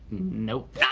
nope!